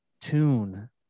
tune